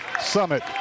Summit